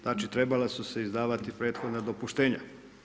Znači trebala su se izdavati prethodna dopuštenja.